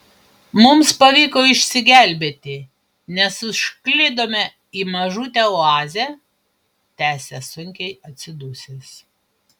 mums pavyko išsigelbėti nes užklydome į mažutę oazę tęsia sunkiai atsidusęs